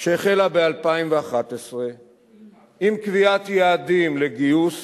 שהחלה ב-2011 עם קביעת יעדים לגיוס